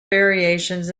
variations